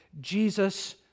Jesus